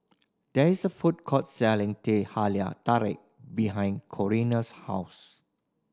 there is a food court selling Teh Halia Tarik behind Corina's house